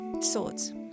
swords